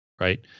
right